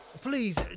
Please